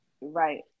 right